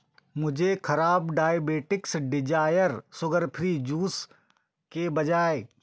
मुझे खराब diabetics desire sugar free juice के बजाय